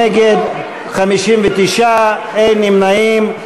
נגד 59, אין נמנעים.